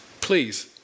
Please